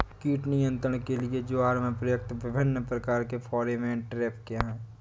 कीट नियंत्रण के लिए ज्वार में प्रयुक्त विभिन्न प्रकार के फेरोमोन ट्रैप क्या है?